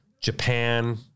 Japan